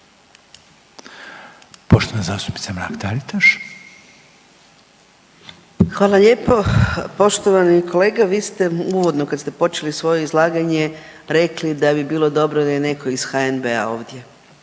**Mrak-Taritaš, Anka (GLAS)** Hvala lijepo. Poštovani kolega, vi ste uvodno kad ste počeli svoje izlaganje rekli da bi bilo dobro da je neko iz HNB-a ovdje